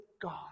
God